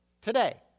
Today